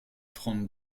trente